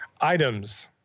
items